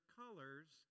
colors